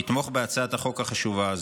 לתמוך בהצעת החוק החשובה הזו.